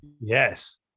Yes